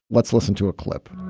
let's listen to a clip.